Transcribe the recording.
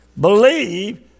believe